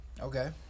Okay